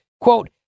quote